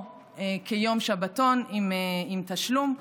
או כיום שבתון עם תשלום,